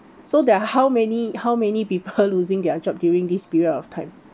so there are how many how many people losing their job during this period of time